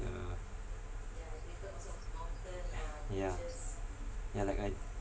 uh yeah yeah like like